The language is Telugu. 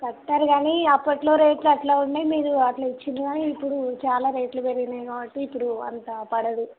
కట్టారు గానీ అప్పట్లో రేట్లు అట్లా ఉన్నాయి మీరు అట్లా ఇచ్చారు గానీ ఇప్పుడు చాలా రేట్లు పెరిగినాయి కాబట్టి ఇప్పుడు అంత పడదు